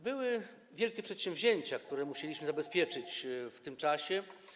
Były wielkie przedsięwzięcia, które musieliśmy zabezpieczyć w tym czasie.